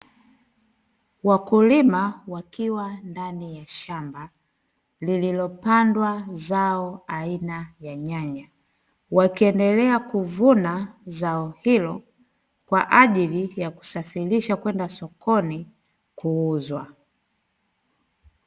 Wakulima wakiwa ndani ya shamba, lililopandwa zao aina ya nyanya, wakiendelea kuvuna zao hilo kwa ajili ya kusafirisha kwenda sokoni kuuzwa.